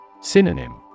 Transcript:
Synonym